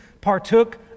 partook